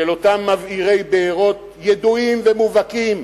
של אותם מבעירי בעירות ידועים ומובהקים